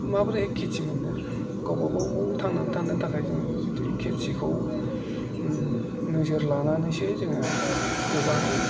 माबोरैहाय खेति मोननो गावबा गाव गाव थांनानै थानो थाखाय जोङो जुदि खेतिखौ नोजोर लानानैसो जोङो गोबां